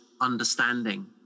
understanding